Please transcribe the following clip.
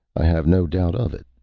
i have no doubt of it,